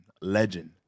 Legend